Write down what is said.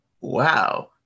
wow